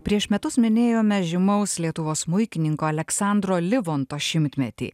prieš metus minėjome žymaus lietuvos smuikininko aleksandro livonto šimtmetį